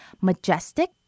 majestic